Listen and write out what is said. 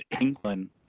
England